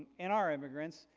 in our immigrants,